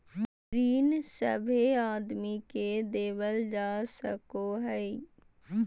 ऋण सभे आदमी के देवल जा सको हय